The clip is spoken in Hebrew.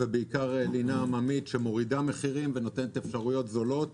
ובעיקר לינה עממית שמורידה מחירים ונותנת אפשרויות זולות